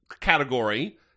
category